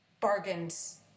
bargains